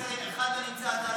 הממשלה אחד לא נמצא.